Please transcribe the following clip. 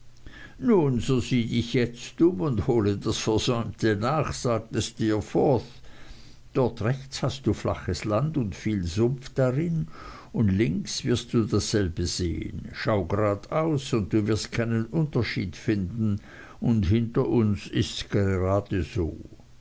nun so sieh dich jetzt um und hole das versäumte nach sagte steerforth dort rechts hast du flaches land und viel sumpf darin und links wirst du dasselbe sehen schau grade aus und du wirst keinen unterschied finden und hinter uns ists grade so